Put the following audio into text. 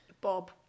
Bob